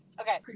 Okay